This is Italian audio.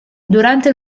durante